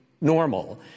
normal